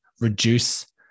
reduce